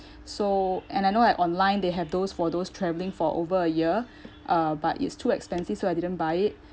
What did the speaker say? so and I know like online they have those for those travelling for over a year uh but it's too expensive so I didn't buy it